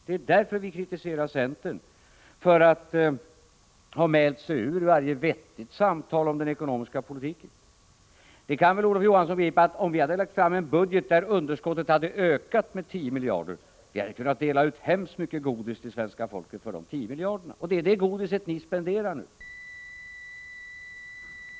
Det är därför vi kritiserar centern för att ha mält sig ur varje vettigt samtal om den ekonomiska politiken. Olof Johansson kan väl begripa att om vi hade lagt fram en budget där underskottet hade ökat med 10 miljarder, så hade vi kunnat dela ut hemskt mycket godis till svenska folket för dessa 10 miljarder. Och det är det godiset ni spenderar nu.